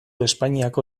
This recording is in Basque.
espainiako